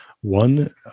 One